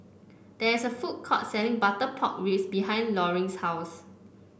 there is a food court selling Butter Pork Ribs behind Loring's house